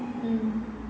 mm